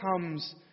comes